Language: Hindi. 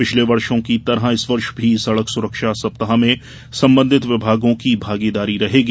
पिछलें वर्षो की तरह इस वर्ष भी सड़क सुरक्षा सप्ताह में संबंधित विभागों की भागीदारी रहेगी